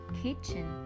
kitchen